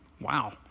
Wow